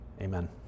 amen